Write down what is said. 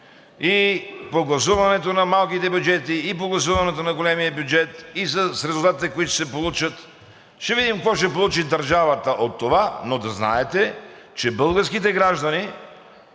И по гласуването на малките бюджети и по гласуването на големия бюджет и с резултатите, които ще се получат, ще видим какво ще получи държавата от това, но да знаете, че българските граждани